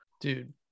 dude